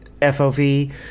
fov